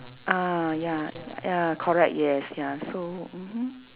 ah ya y~ ya correct yes ya so mmhmm